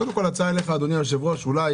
ההצעה אליך, אדוני היושב-ראש, היא שאולי